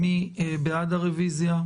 מי בעד הרביזיה?